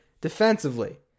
defensively